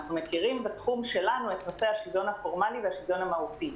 אנחנו מכירים בתחום שלנו את נושא השוויון הפורמלי והשוויון המהותי.